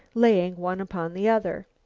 laying one upon the other.